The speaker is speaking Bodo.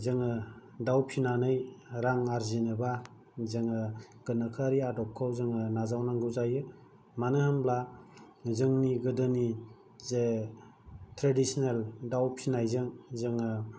जोङो दाउ फिनानै रां आरजिनोब्ला जोङो गोनोखोआरि आदबखौ जोङो नाजावनांगौ जायो मानोहोनोब्ला जोंनि गोदोनो जे ट्रेडिसेनेल दाउ फिनायजों जोङो